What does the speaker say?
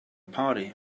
party